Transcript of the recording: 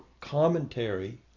commentary